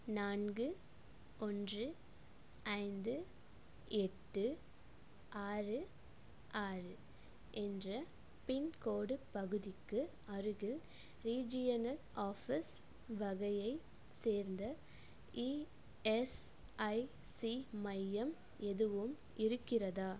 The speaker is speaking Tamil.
நான்கு ஒன்று ஐந்து எட்டு ஆறு ஆறு என்ற பின்கோடு பகுதிக்கு அருகில் ரீஜியனல் ஆஃபீஸ் வகையைச் சேர்ந்த இஎஸ்ஐசி மையம் எதுவும் இருக்கிறதா